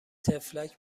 طفلک